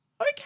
okay